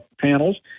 panels